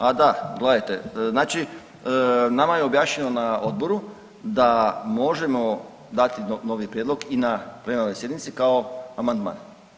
A da, gledajte znači nama je objašnjeno na odboru da možemo dati novi prijedlog i na plenarnoj sjednici kao amandman.